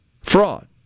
fraud